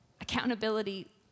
Accountability